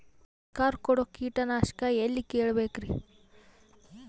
ಸರಕಾರ ಕೊಡೋ ಕೀಟನಾಶಕ ಎಳ್ಳಿ ಕೇಳ ಬೇಕರಿ?